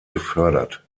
gefördert